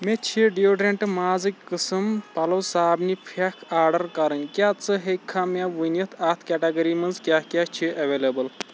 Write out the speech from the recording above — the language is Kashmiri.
مےٚ چھِ ڈِیوڈرٛنٛٹ مازٕکۍ قٕسٕم پلو صابنہِ پھٮ۪کھ آرڈر کَرٕنۍ کیٛاہ ژٕ ہٮ۪کِکھا مےٚ ؤنِتھ اَتھ کیٹاگٔری منٛز کیٛاہ کیٛاہ چھِ ایٚویلیبُل